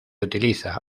utiliza